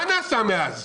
מה נעשה מאז?